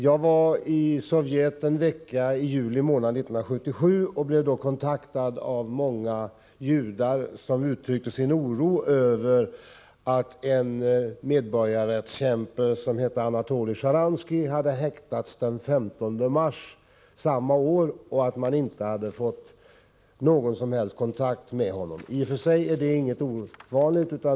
Jag var i Sovjetunionen en vecka i juli månad 1977 och blev då kontaktad av många judar som uttryckte sin oro över att en medborgarrättskämpe som hette Anatolij Sjtjaranskij hade häktats den 15 mars samma år och att man inte hade fått någon som helst kontakt med honom. I och för sig är detta ingenting ovanligt.